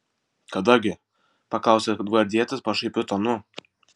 kada gi paklausė gvardietis pašaipiu tonu